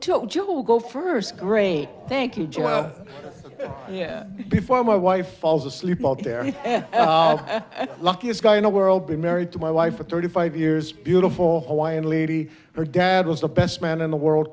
will go first grade thank you joy yeah before my wife falls asleep out there luckiest guy in the world be married to my wife of thirty five years beautiful hawaiian lady her dad was the best man in the world